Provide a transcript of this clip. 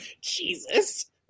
Jesus